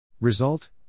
Result